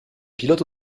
pilote